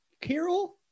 carol